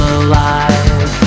alive